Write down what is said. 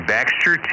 Baxter